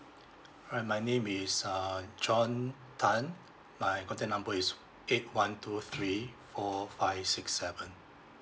alright my name is uh john tan my contact number is eight one two three four five six seven